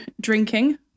drinking